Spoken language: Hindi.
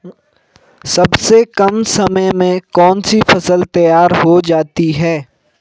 सबसे कम समय में कौन सी फसल तैयार हो जाती है?